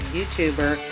YouTuber